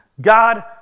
God